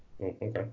Okay